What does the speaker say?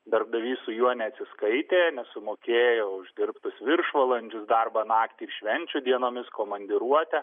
darbdavys su juo neatsiskaitė nesumokėjo už dirbtus viršvalandžius darbą naktį ir švenčių dienomis komandiruotę